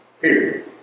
Period